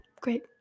Great